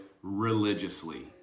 religiously